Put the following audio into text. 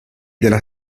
della